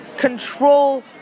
control